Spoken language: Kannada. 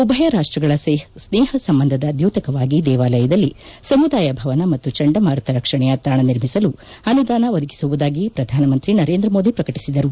ಉಭಯ ರಾಷ್ತಗಳ ಸ್ನೇಹ ಸಂಬಂಧದ ಧ್ನೋತಕವಾಗಿ ದೇವಾಲಯದಲ್ಲಿ ಸಮುದಾಯ ಭವನ ಮತ್ತು ಚಂಡಮಾರುತ ರಕ್ಷಣೆಯ ತಾಣ ನಿರ್ಮಿಸಲು ಅನುದಾನ ಒದಗಿಸುವುದಾಗಿ ಪ್ರಧಾನಮಂತ್ರಿ ನರೇಂದ್ರ ಮೋದಿ ಪ್ರಕಟಿಸಿದರು